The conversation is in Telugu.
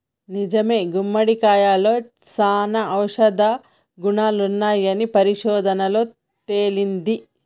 నిజమే గుమ్మడికాయలో సానా ఔషధ గుణాలున్నాయని పరిశోధనలలో తేలింది